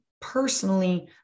personally